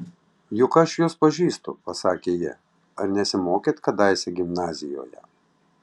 juk aš jus pažįstu pasakė ji ar nesimokėt kadaise gimnazijoje